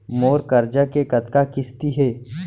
मोर करजा के कतका किस्ती हे?